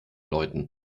läuten